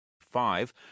Five